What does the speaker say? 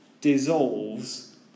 dissolves